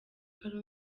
ari